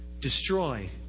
destroy